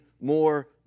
more